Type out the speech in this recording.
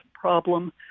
problem